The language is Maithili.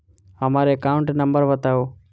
हम्मर एकाउंट नंबर बताऊ?